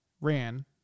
ran